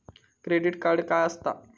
Credit card काय असता?